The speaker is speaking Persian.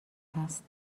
هست